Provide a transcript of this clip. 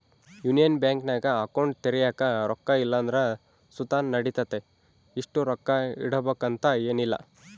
union ಬ್ಯಾಂಕಿನಾಗ account ತೆರ್ಯಾಕ ರೊಕ್ಕ ಇಲ್ಲಂದ್ರ ಸುತ ನಡಿತತೆ, ಇಷ್ಟು ರೊಕ್ಕ ಇಡುಬಕಂತ ಏನಿಲ್ಲ